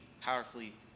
powerfully